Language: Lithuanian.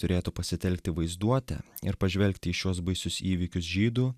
turėtų pasitelkti vaizduotę ir pažvelgti į šiuos baisius įvykius žydų